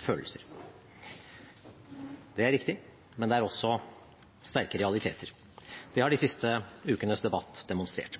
følelser. Det er riktig, men det er også sterke realiteter. Det har de siste ukenes debatt demonstrert.